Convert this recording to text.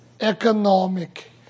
economic